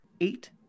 eight